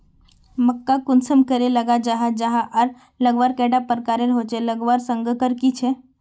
मक्का कुंसम करे लगा जाहा जाहा आर लगवार कैडा प्रकारेर होचे लगवार संगकर की झे?